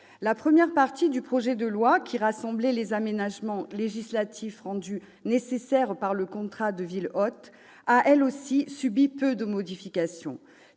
La première partie du projet de loi, qui rassemblait les aménagements législatifs rendus nécessaires par le contrat de ville hôte, a, elle aussi, subi peu de modifications.